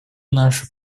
нашу